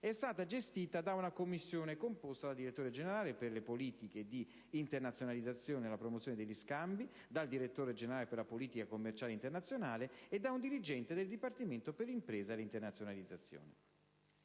è stata gestita da una commissione composta dal direttore generale per le politiche di internazionalizzazione e la promozione degli scambi, dal direttore generale per la politica commerciale internazionale e da un dirigente del dipartimento per l'impresa e l'internazionalizzazione.